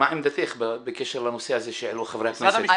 מה עמדתך בקשר לנושא הזה שהעלו חברי הכנסת?